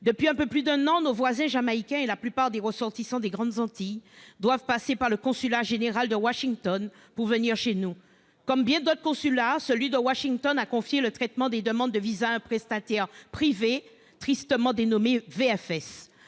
Depuis un peu plus d'un an, nos voisins jamaïcains et la plupart des ressortissants des grandes Antilles doivent passer par le consulat général de Washington pour venir chez nous. Comme bien d'autres consulats, celui de Washington a confié le traitement des demandes de visas à un prestataire privé, tristement dénommé VFS.